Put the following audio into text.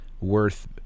worth